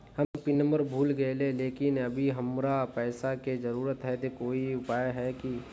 हम pin number भूल गेलिये लेकिन अभी हमरा पैसा के जरुरत है ते कोई उपाय है की?